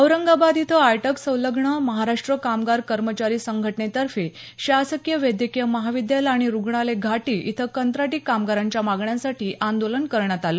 औरंगाबाद इथं आयटक संलग्न महाराष्ट्र कामगार कर्मचारी संघटनेतर्फे शासकीय वैद्यकीय महाविद्यालय आणि रूग्णालय घाटी इथं कंत्राटी कामगारांच्या मागण्यांसाठी आंदोलन करण्यात आलं